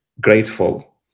grateful